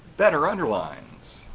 better underlines.